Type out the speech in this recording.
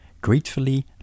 gratefully